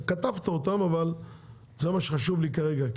כתבת אותם, אבל זה מה שחשוב לי כרגע.